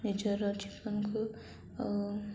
ନିଜର ଜୀବନକୁ ଆ